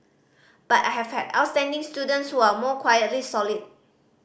but I have had outstanding students who are more quietly solid